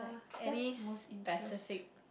any specific